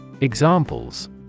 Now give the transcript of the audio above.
Examples